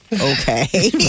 Okay